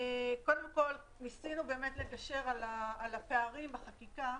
קודם כל ניסינו לגשר על הפערים בחקיקה: